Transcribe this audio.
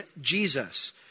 Jesus